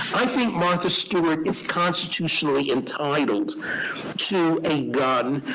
i think martha stewart is constitutionally entitled to a gun.